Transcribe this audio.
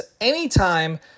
anytime